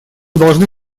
должны